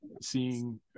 seeing